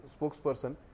spokesperson